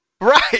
Right